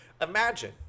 Imagine